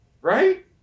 Right